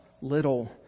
little